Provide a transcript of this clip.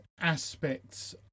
aspects